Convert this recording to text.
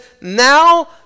now